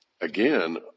again